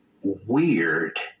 Weird